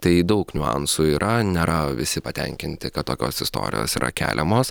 tai daug niuansų yra nėra visi patenkinti kad tokios istorijos yra keliamos